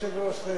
אדוני היושב-ראש,